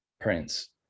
Prince